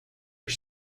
are